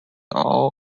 all